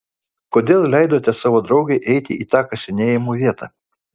kodėl leidote savo draugei eiti į tą kasinėjimų vietą